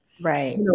Right